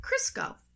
crisco